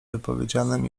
wypowiedzianym